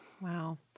Wow